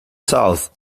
south